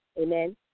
Amen